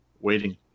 waiting